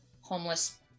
homeless